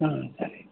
సరే